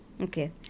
Okay